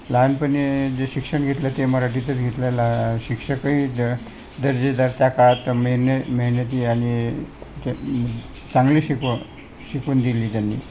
लहानपणी जे शिक्षण घेतलं ते मराठीतच घेतलेलं आहे शिक्षकही द दर्जेदार त्या काळात मेहन मेहनती आणि ते चांगले शिकव शिकवण दिली त्यांनी